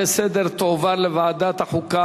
להצעה לסדר-היום ולהעביר את הנושא לוועדת החוקה,